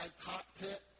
cockpit